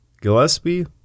Gillespie